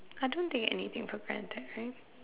I don't take anything for granted right